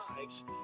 lives